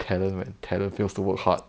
talent when talent fails to work hard